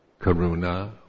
karuna